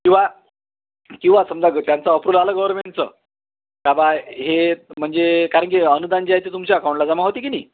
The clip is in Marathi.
किंवा किंवा समजा त्यांचं अप्रुवल आलं गवर्मेंटचं का बा हे म्हणजे कारण की अनुदान जे आहे ते तुमच्या अकाउंटला जमा होते किनई